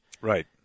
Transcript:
Right